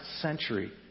century